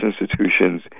institutions